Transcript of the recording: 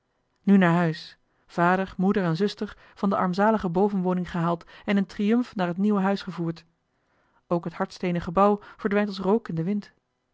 nu naar huis vader moeder en zuster van de armzalige bovenwoning gehaald en in triumf naar het nieuwe huis gevoerd ook het hardsteenen gebouw verdwijnt als rook in den wind